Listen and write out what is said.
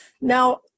Now